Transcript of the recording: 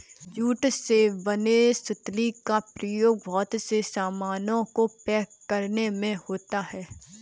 jute से बने सुतली का प्रयोग बहुत से सामानों को पैक करने में होता है